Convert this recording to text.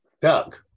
Doug